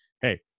hey